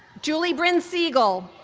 julia brinn siegel,